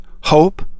hope